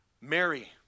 Mary